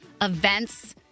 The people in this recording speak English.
events